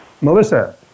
Melissa